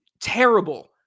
terrible